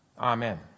Amen